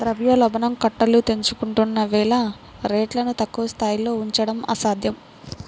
ద్రవ్యోల్బణం కట్టలు తెంచుకుంటున్న వేళ రేట్లను తక్కువ స్థాయిలో ఉంచడం అసాధ్యం